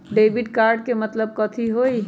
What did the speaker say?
Debit card के मतलब कथी होई?